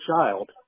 child